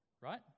right